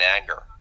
Anger